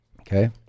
Okay